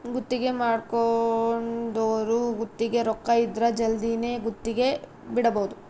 ಗುತ್ತಿಗೆ ಮಾಡ್ಕೊಂದೊರು ಗುತ್ತಿಗೆ ರೊಕ್ಕ ಇದ್ರ ಜಲ್ದಿನೆ ಗುತ್ತಿಗೆ ಬಿಡಬೋದು